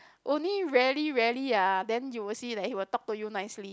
only rarely rarely ah then you will see that he will talk to you nicely